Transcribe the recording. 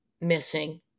missing